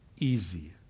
easy